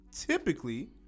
Typically